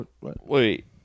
Wait